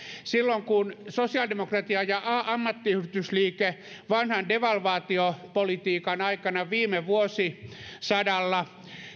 silloin kun sosiaalidemokratia ja ammattiyhdistysliike vanhan devalvaatiopolitiikan aikana viime vuosisadalla